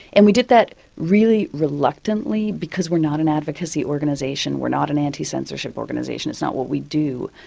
and we did that really reluctantly, because we're not an advocacy organisation, we're not an anti-censorship organisation, it's not what we do.